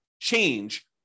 change